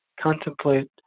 contemplate